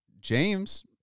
James